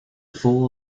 four